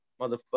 motherfucker